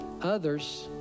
others